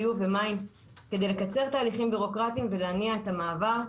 ביוב ומים כדי לקצר תהליכים בירוקרטיים ולהניע את המעבר,